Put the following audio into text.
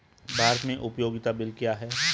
भारत में उपयोगिता बिल क्या हैं?